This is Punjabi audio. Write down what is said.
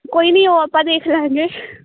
ਕੋਈ ਨਹੀਂ ਉਹ ਆਪਾਂ ਦੇਖ ਲਵਾਂਗੇ